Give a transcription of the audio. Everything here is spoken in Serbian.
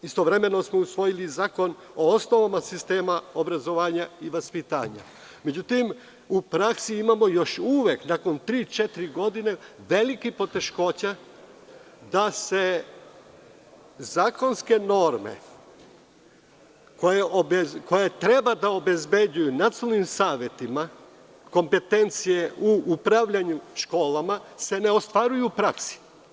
Istovremeno smo usvojili i Zakon o osnovama sistema obrazovanja i vaspitanja, međutim, u praksi imamo još uvek, nakon tri, četiri godine, velikih poteškoća da se zakonske norme, koje treba da obezbede nacionalnim savetima kompetencije u upravljanju školama, ne ostvaruju u praksi.